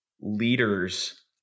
leaders